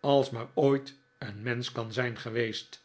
als maar ooit een mensch kan zijn geweest